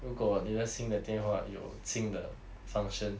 如果你的新的电话有新的 function